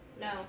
No